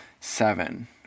Seven